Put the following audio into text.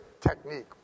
technique